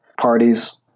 parties